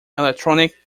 electronic